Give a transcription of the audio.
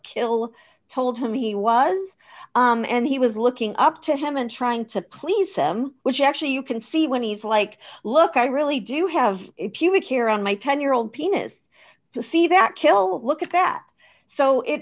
kill told him he was and he was looking up to heaven trying to please them which actually you can see when he's like look i really do have if you were here on my ten year old penis to see that kill look at that so it